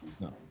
No